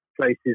places